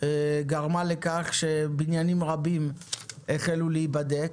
גרמה לכך שבניינים רבים החלו להיבדק,